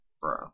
bro